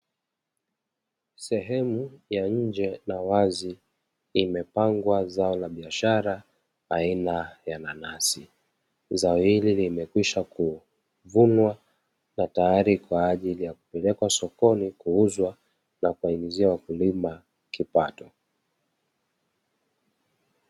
Sehemu ya nje na wazi imepangwa zao la biashara aina ya nanasi. Zao hili limekwisha kuvunwa na tayari kwa ajili ya kupelekwa sokoni kuuzwa na kuwaingizia wakulima kipato.